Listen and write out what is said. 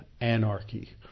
anarchy